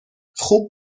خوب